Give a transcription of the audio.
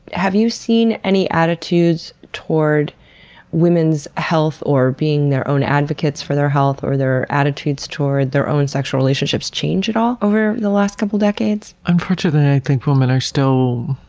have you seen any attitudes toward women's health, or being their own advocates for their health, or their attitudes toward their own sexual relationships change at all over the last couple decades? unfortunately, i think women are still